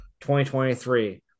2023